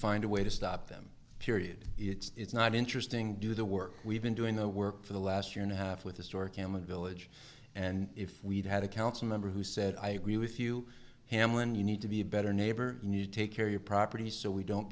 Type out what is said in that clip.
find a way to stop them period it's not interesting do the work we've been doing the work for the last year and a half with historic human village and if we'd had a council member who said i agree with you hamlin you need to be a better neighbor new take care your property so we don't